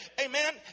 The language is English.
Amen